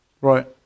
Right